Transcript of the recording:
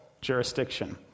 jurisdiction